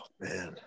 man